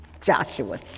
Joshua